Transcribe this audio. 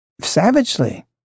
Savagely